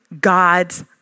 God's